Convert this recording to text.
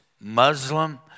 Muslim